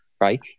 right